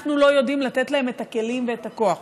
אנחנו לא יודעים לתת להם את הכלים ואת הכוח?